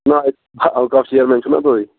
نہٕ اوقاف چیرمین چھُسنا بٕے